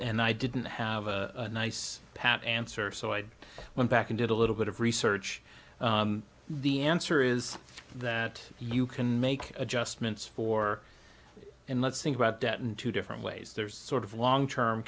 i didn't have a nice pat answer so i went back and did a little bit of research the answer is that you can make adjustments for in let's think about debt in two different ways there's sort of long term